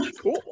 cool